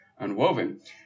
unwoven